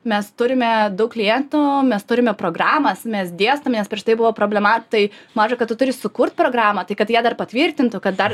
mes turime daug klientų mes turime programas mes dėstome nes prieš tai buvo problema tai maža kad tu turi sukurt programą tai kad ją dar patvirtintų kad dar